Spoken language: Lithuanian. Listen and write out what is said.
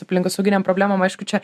aplinkosauginėm problemom aišku čia